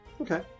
Okay